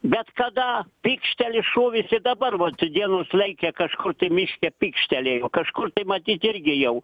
bet kada pykšteli šūvis ir dabar vat dienos laike kažkur tai miške pykštelėjo kažkur tai matyt irgi jau